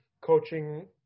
coaching